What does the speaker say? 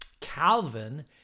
Calvin